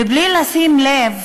מבלי לשים לב